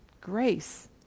Grace